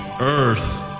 Earth